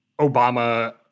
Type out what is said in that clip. Obama